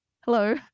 Hello